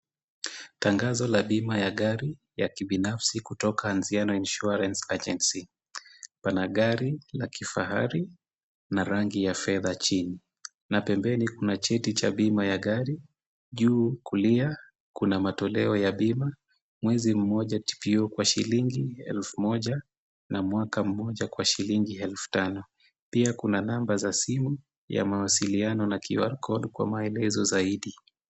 Tangazo la bima ya gari ya kibinafsi kutoka "Anziana Insurance Agency". pana gari la Kifahari, na rangi ya fedha chini, na pendeni kuna cheti cha bima ya gari, juu kulia, kuna matoleo ya bima, mwezi mmoja tukio kwa shilingi elfu moja, na mwaka mmoja kwa shilingi elfu tano, pia kuna namba za simu ya mawasiliano na QR code kwa maelezo zaidi.